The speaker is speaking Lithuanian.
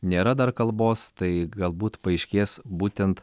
nėra dar kalbos tai galbūt paaiškės būtent